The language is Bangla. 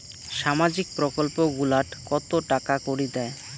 সামাজিক প্রকল্প গুলাট কত টাকা করি দেয়?